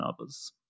others